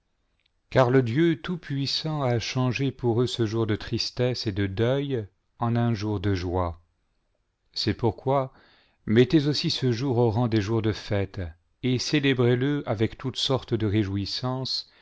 car le dieu tout-puissant a changé pour eux ce jour de tiistesse et de deuil en un jour de joie c'est pourquoi mettez aussi ce jour au rang des jours de fêtes et célébiezle avec toute sorte de réjouissances